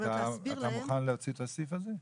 אתה מוכן להוציא את הסעיף הזה?